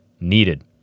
needed